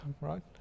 right